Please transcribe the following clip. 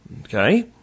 Okay